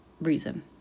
reason